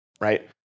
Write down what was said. right